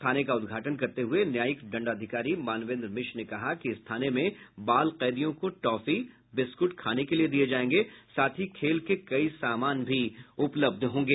थाने का उद्घाटन करते हुये न्यायिक दंडाधिकारी मानवेंद्र मिश्र ने कहा कि इस थाने में बाल कैदियों को टॉफी बिस्कुट खाने के लिए दिये जायेंगे साथ ही खेल के कई सामान भी उपलब्ध होंगे